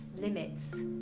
limits